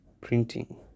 printing